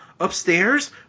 Upstairs